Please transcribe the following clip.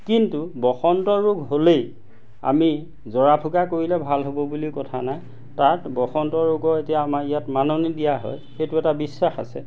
কিন্তু বসন্ত ৰোগ হ'লেই আমি জৰা ফুকা কৰিলে ভাল হ'ব বুলি কথা নাই তাত বসন্ত ৰোগৰ এতিয়া আমাৰ ইয়াত মাননি দিয়া হয় সেইটো এটা বিশ্বাস আছে